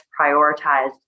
prioritized